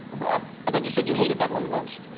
yeah ah but you said you hated that one the most.